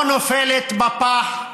אנחנו תומכים, הרשימה המשותפת לא נופלת בפח.